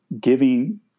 giving